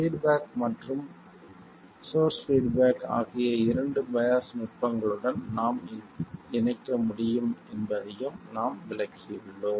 feedback மற்றும் source feedback ஆகிய இரண்டு பையாஸ் நுட்பங்களுடன் நாம் இணைக்க முடியும் என்பதையும் நாம் விளக்கியுள்ளோம்